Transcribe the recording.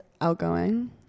outgoing